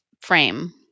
frame